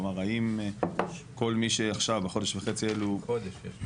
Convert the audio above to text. האם כל מי שעכשיו בחודש וחצי האלו --- חודש.